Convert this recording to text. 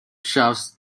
shops